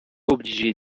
obligé